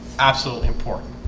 absolutely important